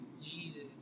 Jesus